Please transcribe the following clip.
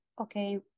okay